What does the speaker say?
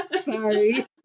Sorry